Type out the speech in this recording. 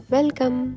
Welcome